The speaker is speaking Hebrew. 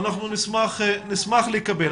אנחנו נשמח לקבל.